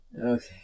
Okay